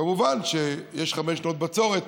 כמובן שיש חמש שנות בצורת,